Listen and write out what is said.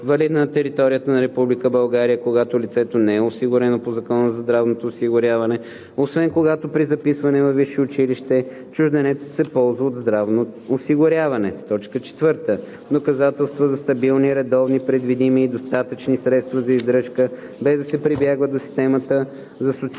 валидна на територията на Република България, когато лицето не е осигурено по Закона за здравното осигуряване, освен когато при записване във висше училище чужденецът се ползва от здравно осигуряване; 4. доказателства за стабилни, редовни, предвидими и достатъчни средства за издръжка, без да се прибягва до системата за социално